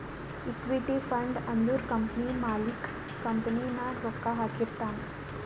equity fund ಅಂದುರ್ ಕಂಪನಿದು ಮಾಲಿಕ್ಕ್ ಕಂಪನಿ ನಾಗ್ ರೊಕ್ಕಾ ಹಾಕಿರ್ತಾನ್